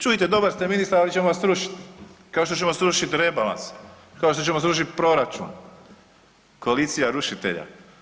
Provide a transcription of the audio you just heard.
Čujte dobar ste ministar ali ćemo vas srušiti, kao što ćemo srušiti rebalans, kao što ćemo srušiti proračun, koalicija rušitelja.